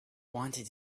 wanted